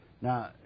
Now